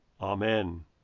Amen